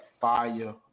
fire